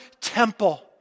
temple